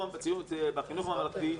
בחינוך הממלכתי,